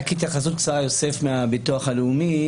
אני מהביטוח הלאומי.